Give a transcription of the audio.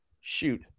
shoot